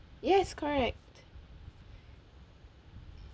yes correct